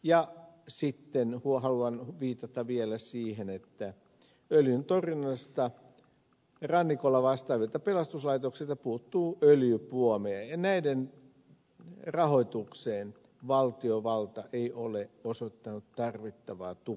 ja sitten haluan viitata vielä siihen että öljyntorjunnasta rannikolla vastaavilta pelastuslaitoksilta puuttuu öljypuomeja ja näiden rahoitukseen valtiovalta ei ole osoittanut tarvittavaa tukea